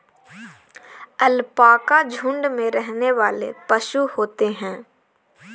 alpaca झुण्ड में रहने वाले पशु होते है